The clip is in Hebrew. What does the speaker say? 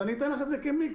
אתן לך את זה כמיקרו.